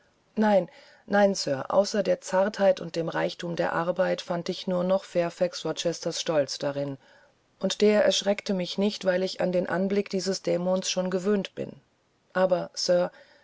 nein nein sir außer der zartheit und dem reichtum der arbeit fand ich nur noch fairfax rochesters stolz darin und der erschreckte mich nicht weil ich an den anblick dieses dämons schon gewöhnt bin aber